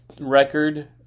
record